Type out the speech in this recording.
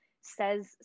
says